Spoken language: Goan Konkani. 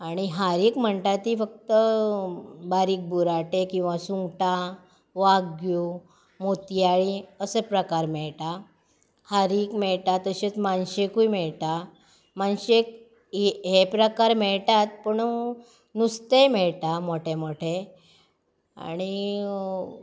आनी हारीक म्हणटा ती फक्त बारीक बुराटे किंवा सुंगटां वाग्यो मोतयाळी अशे प्रकार मेळटा हारीक मेळटा तश्योच मानशेकूय मेळटा मानशेक हे हे प्रकार मेळटात पूण नुस्तेंय मेळटा मोठे मोठे आनी